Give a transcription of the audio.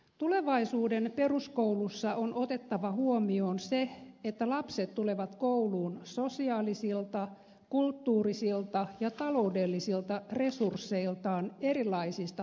tulevaisuuden peruskoulussa on otettava huomioon se että lapset tulevat kouluun sosiaalisilta kulttuurisilta ja taloudellisilta resursseiltaan erilaisista perheistä